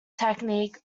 technique